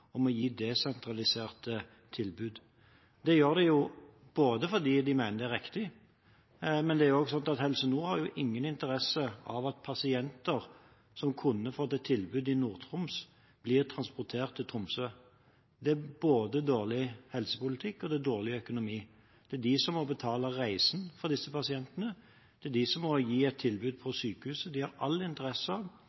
om å gi desentraliserte tilbud. Det gjør de fordi de mener det er riktig, men også fordi Helse Nord ikke har noen interesse av at pasienter som kunne fått et tilbud i Nord-Troms, blir transportert til Tromsø. Det er både dårlig helsepolitikk og dårlig økonomi. Det er de som må betale reisen for disse pasientene, det er de som må gi et tilbud på sykehuset. De har all interesse av